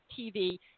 TV